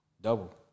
double